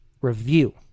review